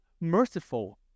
merciful